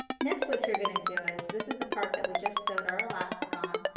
next what you are going to do is this is the part that we just sewed our elastic on.